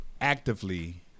actively